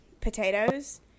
potatoes